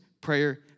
Prayer